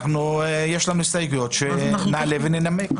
יש לנו הסתייגויות שנעלה וננמק.